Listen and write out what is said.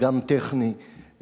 גם טכנית,